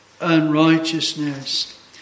unrighteousness